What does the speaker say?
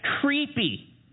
creepy